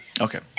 Okay